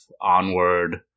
Onward